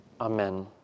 Amen